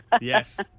yes